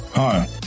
Hi